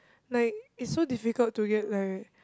like it's so difficult to get married